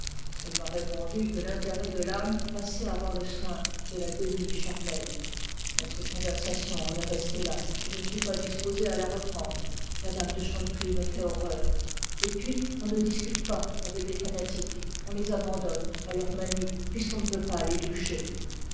elle m'a répondit que l'intérêt de l'âme passait avant le soin de la guenille charnelle notre conversation en est restée là et je ne suis pas disposé à la reprendre mme de chanteprie me fait horreur et puis on ne discute pas avec des fanatiques on les abandonne à leur manie puisqu'on ne peut pas les doucher